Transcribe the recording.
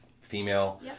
female